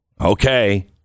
okay